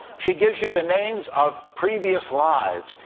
she gives you the names of previous lives,